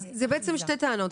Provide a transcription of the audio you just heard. אלה בעצם שתי טענות.